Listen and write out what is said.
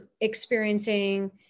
experiencing